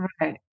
right